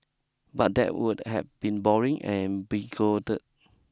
but that would have been boring and bigoted